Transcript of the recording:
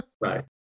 Right